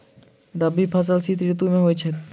रबी फसल शीत ऋतु मे होए छैथ?